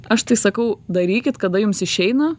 aš tai sakau darykit kada jums išeina